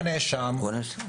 הוא הנאשם.